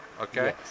Okay